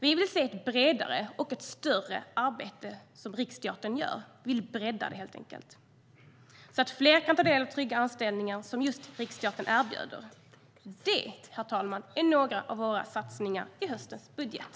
Vi vill se ett bredare och större arbete som Riksteatern gör. Vi vill bredda det, helt enkelt, så att fler kan ta del av trygga anställningar som just Riksteatern erbjuder. Detta, herr talman, är några av våra satsningar i höstens budget.